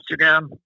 Instagram